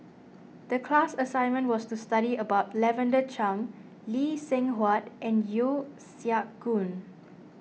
the class assignment was to study about Lavender Chang Lee Seng Huat and Yeo Siak Goon